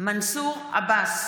מתחייב אני מנסור עבאס,